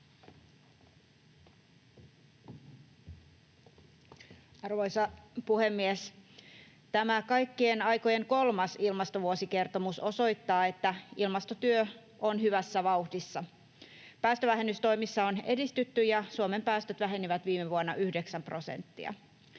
Arvoisa puhemies! Tämä kaikkien aikojen kolmas ilmastovuosikertomus osoittaa, että ilmastotyö on hyvässä vauhdissa. Päästövähennystoimissa on edistytty, ja Suomen päästöt vähenivät viime vuonna 9 prosenttia.